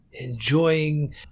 enjoying